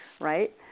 Right